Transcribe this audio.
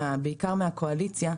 בעיקר מהקואליציה,